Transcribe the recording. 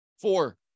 Four